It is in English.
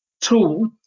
tool